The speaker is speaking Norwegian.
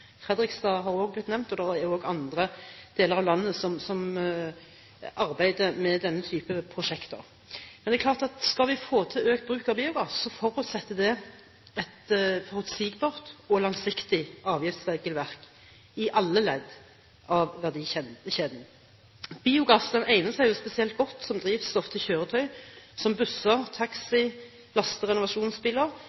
Fredrikstad har også blitt nevnt, og det er også andre deler av landet som arbeider med denne typen prosjekter. Men det er klart at skal vi få til økt bruk av biogass, forutsetter det et forutsigbart og langsiktig avgiftsregelverk i alle ledd av verdikjeden. Biogass egner seg spesielt godt som drivstoff til kjøretøy som busser,